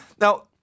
Now